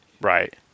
Right